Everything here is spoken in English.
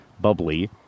bubbly